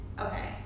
okay